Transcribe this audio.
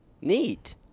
Neat